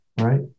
right